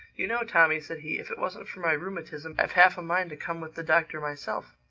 you know, tommy, said he, if it wasn't for my rheumatism i've half a mind to come with the doctor myself.